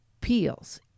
peels